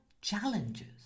challenges